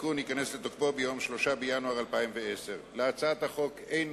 התיקון ייכנס לתוקפו ביום 3 בינואר 2010. להצעת החוק אין